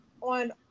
on